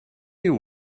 you